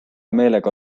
meelega